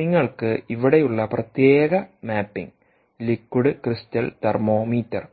നിങ്ങൾക്ക് ഇവിടെയുള്ള പ്രത്യേക mapping mapping liquid crystal thermometer